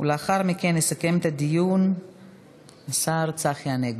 ולאחר מכן יסכם את הדיון השר צחי הנגבי.